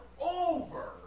over